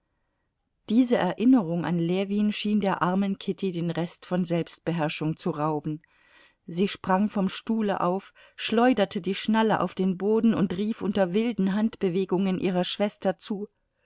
diese erinnerung an ljewin schien der armen kitty den rest von selbstbeherrschung zu rauben sie sprang vom stuhle auf schleuderte die schnalle auf den boden und rief unter wilden handbewegungen ihrer schwester zu